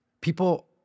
people